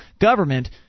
government